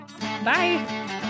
Bye